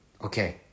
Okay